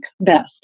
best